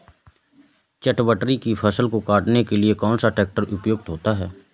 चटवटरी की फसल को काटने के लिए कौन सा ट्रैक्टर उपयुक्त होता है?